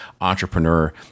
entrepreneur